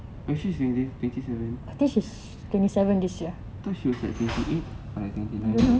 are you sure she's twenty seven I thought she was like twenty eight or like twenty nine